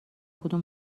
کدوم